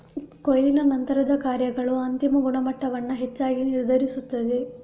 ಕೊಯ್ಲಿನ ನಂತರದ ಕಾರ್ಯಗಳು ಅಂತಿಮ ಗುಣಮಟ್ಟವನ್ನು ಹೆಚ್ಚಾಗಿ ನಿರ್ಧರಿಸುತ್ತದೆ